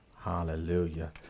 Hallelujah